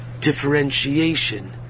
differentiation